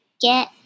Get